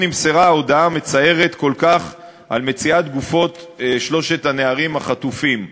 נמסרה ההודעה המצערת כל כך על מציאת גופות שלושת הנערים החטופים.